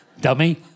Dummy